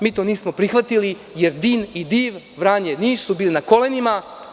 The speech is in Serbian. Mi to nismo prihvatili jer DIN i DIV, Vranje, Niš su bili na kolenima.